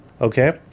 Okay